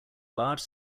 large